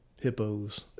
hippos